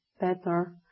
better